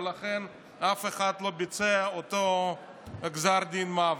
ולכן אף אחד לא ביצע את אותו גזר דין מוות.